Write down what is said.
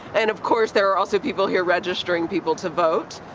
and of course, there are also people here registering people to vote.